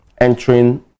entering